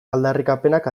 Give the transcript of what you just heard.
aldarrikapenak